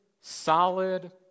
solid